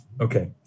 Okay